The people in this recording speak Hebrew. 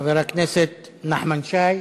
חבר הכנסת נחמן שי,